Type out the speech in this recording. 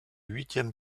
huitième